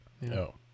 No